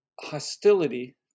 hostility